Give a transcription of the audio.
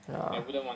ya